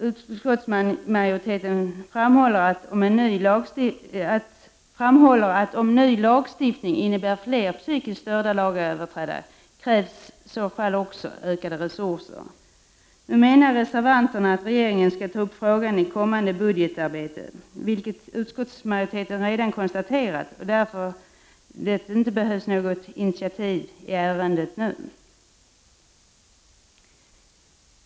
Utskottsmajoriteten framhåller, att om ny lagstiftning innebär fler psykiskt störda lagöverträdare, krävs också ökade resurser. Nu menar reservanterna att regeringen skall ta upp frågan i kommande budgetarbete, vilket utskottsmajoriteten redan konstaterat. Därför behövs det inte något initiativ i ärendet nu.